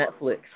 Netflix